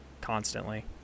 constantly